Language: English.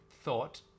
thought